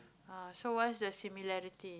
ah so what's the similarity